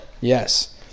Yes